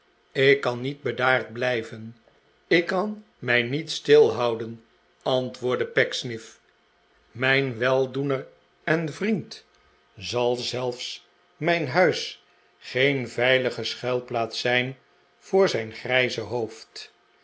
ik kan niet bedaard blijven ik kan raij niet stil houden antwoordde pecksniff mijn weldoener en vriend zal zelfs mijn huis geen veilige schuilplaats zijn voor zijn grijze hoofd